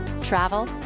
travel